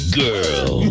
girl